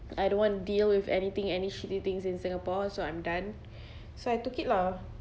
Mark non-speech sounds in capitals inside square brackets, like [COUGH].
I don't wanna deal with anything any shitty things in singapore so I'm done [BREATH] so I took it lah